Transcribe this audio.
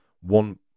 one